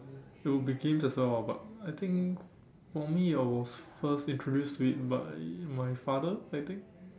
it will be games as well ah but I think for me I was first introduced to it by my father I think